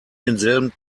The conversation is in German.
denselben